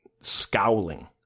scowling